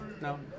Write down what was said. No